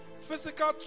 Physical